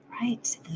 right